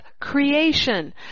creation